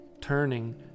Turning